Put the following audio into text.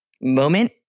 moment